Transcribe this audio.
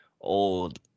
old